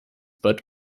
but